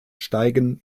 steigen